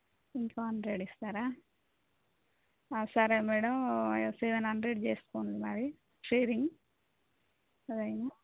ఇంకో హండ్రెడ్ ఇస్తారా సరే మేడం సెవెన్ హండ్రెడ్ చేస్కోండి మరి షేరింగ్ సరేనా